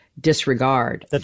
disregard